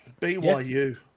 BYU